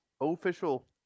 official